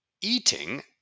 eating